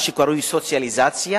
מה שקרוי סוציאליזציה?